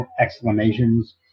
exclamations